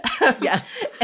Yes